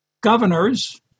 governors